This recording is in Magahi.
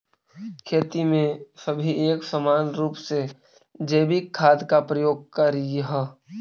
खेती में सभी एक समान रूप से जैविक खाद का प्रयोग करियह